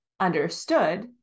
understood